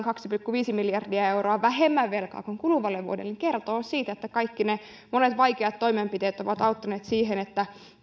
kaksi pilkku viisi miljardia euroa vähemmän velkaa kuin kuluvalle vuodelle kertoo siitä että kaikki ne monet vaikeat toimenpiteet ovat auttaneet siihen että